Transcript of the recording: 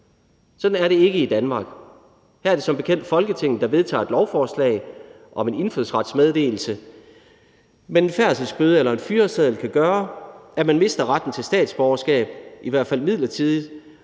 Sådan er det ikke i Danmark. Her er det som bekendt Folketinget, der vedtager et lovforslag om indfødsretsmeddelelse, men en færdselsbøde eller en fyreseddel kan gøre, at man mister retten til statsborgerskab, i hvert fald midlertidigt,